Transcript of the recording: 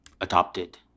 adopted